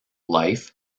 life